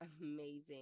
amazing